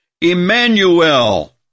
Emmanuel